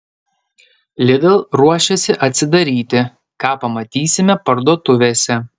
lidl ruošiasi atsidaryti ką pamatysime parduotuvėse